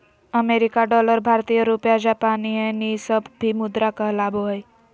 अमेरिकी डॉलर भारतीय रुपया जापानी येन ई सब भी मुद्रा कहलाबो हइ